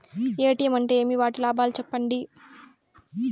ATM అంటే ఏమి? వాటి లాభాలు సెప్పండి